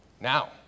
now